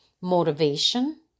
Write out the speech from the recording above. motivation